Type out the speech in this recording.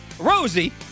Rosie